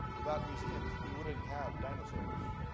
without museums, we wouldn't have dinosaurs.